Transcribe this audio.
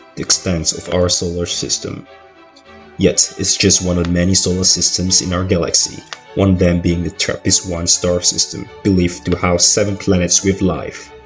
extent of our solar system yet, it's just one of many solar systems in our galaxy one of being the trappist one star system believed to house seven planets with life